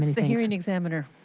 the hearing examiner.